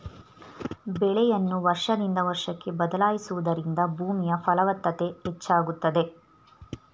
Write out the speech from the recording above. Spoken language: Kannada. ಬೆಳೆಯನ್ನು ವರ್ಷದಿಂದ ವರ್ಷಕ್ಕೆ ಬದಲಾಯಿಸುವುದರಿಂದ ಭೂಮಿಯ ಫಲವತ್ತತೆ ಹೆಚ್ಚಾಗುತ್ತದೆ